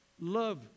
love